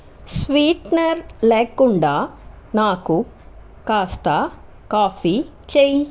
sweetener లేకుండా నాకు కాస్త కాఫీ చేయి